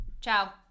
ciao